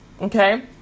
okay